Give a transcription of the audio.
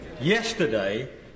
Yesterday